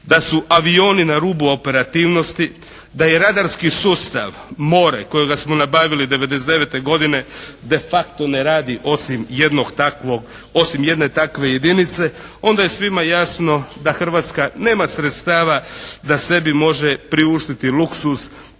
da su avioni na rubu operativnosti, da je radarski sustav "MORE" kojega smo nabavili '99. godine de facto ne radi osim jedne takve jedinice, onda je svima jasno da Hrvatska nema sredstava da sebi može priuštiti luksuz